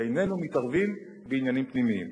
שאיננו מתערבים בעניינים פנימיים.